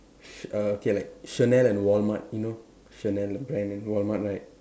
sh uh okay like Chanel and Walmart you know Chanel brand and Walmart right